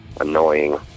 annoying